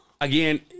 again